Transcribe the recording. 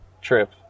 trip